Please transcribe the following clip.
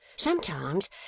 Sometimes